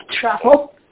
travel